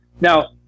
Now